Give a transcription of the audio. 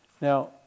Now